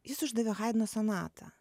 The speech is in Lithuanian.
jis uždavė haidno sonatą